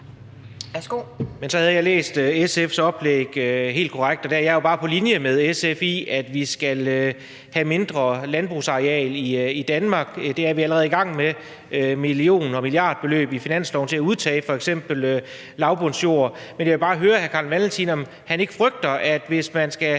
det er det, der er